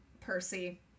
Percy